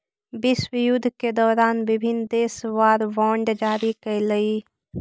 विश्वयुद्ध के दौरान विभिन्न देश वॉर बॉन्ड जारी कैलइ